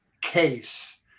case